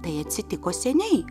tai atsitiko seniai